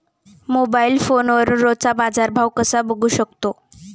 Mobile फोनवरून रोजचा बाजारभाव कसा बघू शकतो?